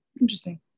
Interesting